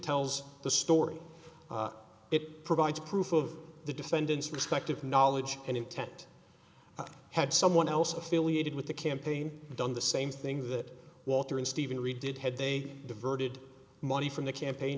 tells the story it provides proof of the defendant's respective knowledge and intent had someone else affiliated with the campaign done the same thing that walter and stephen reid did had they diverted money from the campaign